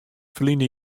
ferline